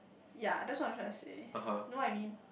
ya that's what I'm trying to say know I mean